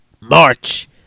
March